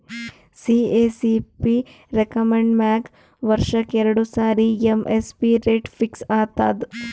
CACP recommend ಮ್ಯಾಗ್ ವರ್ಷಕ್ಕ್ ಎರಡು ಸಾರಿ ಎಮ್.ಎಸ್.ಪಿ ರೇಟ್ ಫಿಕ್ಸ್ ಆತದ್